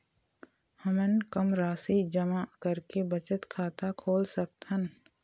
हमन कम राशि जमा करके बचत खाता खोल सकथन?